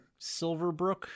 Silverbrook